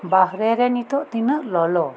ᱵᱟᱦᱨᱮ ᱨᱮ ᱱᱤᱛᱳᱜ ᱛᱤᱱᱟᱹᱜ ᱞᱚᱞᱚ